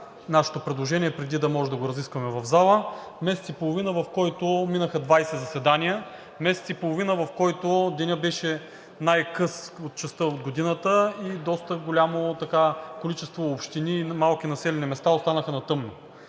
нашето предложение, преди да можем да го разискваме в залата, месец и половина, в който минаха 20 заседания, месец и половина, в който денят беше най-къс от частта от годината и доста голямо количество общини и малки населени места останаха на тъмно.